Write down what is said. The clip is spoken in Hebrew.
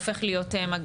הופך להיות מגיפה.